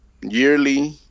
yearly